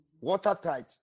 Watertight